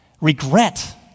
regret